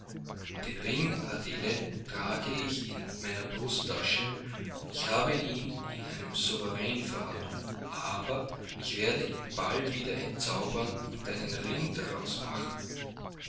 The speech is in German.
den ring adele trage ich in meiner brusttasche ich habe ihn in einen sovereign verwandelt aber ich werde ihn bald wieder entzaubern und einen ring daraus machen